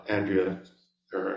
Andrea